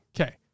Okay